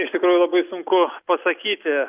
iš tikrųjų labai sunku pasakyti